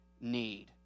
need